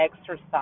exercise